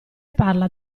parla